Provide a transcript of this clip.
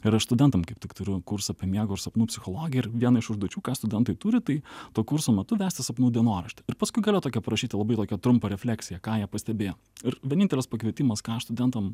ir aš studentam kaip tik turiu kursą apie miego ir sapnų psichologiją ir viena iš užduočių ką studentai turi tai to kurso metu vesti sapnų dienoraštį ir paskui gale tokia aprašyta labai tokią trumpą refleksiją ką jie pastebėjo ir vienintelis pakvietimas ką aš studentam